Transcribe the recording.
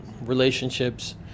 relationships